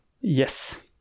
yes